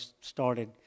started